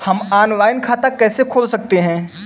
हम ऑनलाइन खाता कैसे खोल सकते हैं?